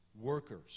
Workers